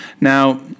Now